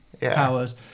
powers